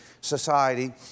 society